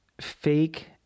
fake